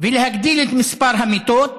ולהגדיל את מספר המיטות